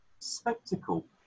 Spectacle